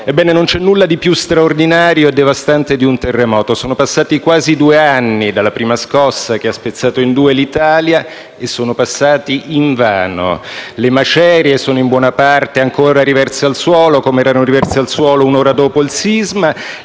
Governo. Non c'è nulla di più straordinario e devastante di un terremoto. Sono passati quasi due anni dalla prima scossa che ha spezzato in due l'Italia e sono passati invano: le macerie sono in buona parte ancora riverse al suolo, come erano riverse al suolo un'ora dopo il sisma;